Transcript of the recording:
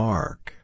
Mark